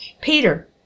Peter